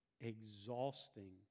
exhausting